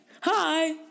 hi